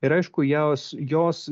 ir aišku jos jos